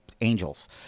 angels